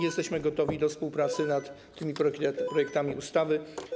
Jesteśmy gotowi do współpracy nad tymi projektami ustaw.